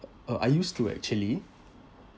uh I used to actually